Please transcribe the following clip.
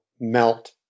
melt